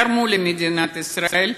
תרמו למדינת ישראל,